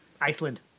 Iceland